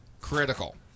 critical